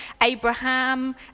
Abraham